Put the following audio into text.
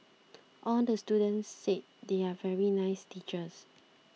all the students said they are very nice teachers